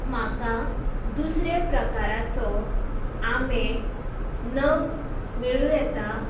म्हाका दुसरे प्रकाराचो आंबे नग मेळूं येता